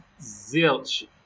zilch